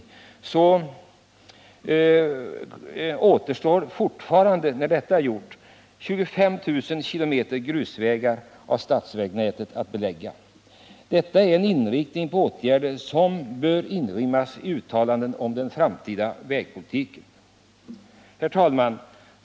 Då sådana åtgärder är genomförda återstår dock fortfarande ca 25 000 km grusvägar av statsvägnätet att belägga. En inriktning på sådana åtgärder som jag nu beskrivit bör inrymmas i uttalanden om den framtida vägpolitiken. Herr talman!